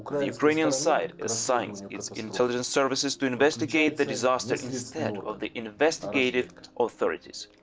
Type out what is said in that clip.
the ukrainian side assigns its intelligence services to investigate the disaster instead of the investigative authorities.